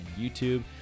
YouTube